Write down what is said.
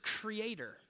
creator